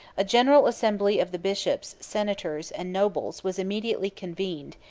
a general assembly of the bishops, senators, and nobles, was immediately convened,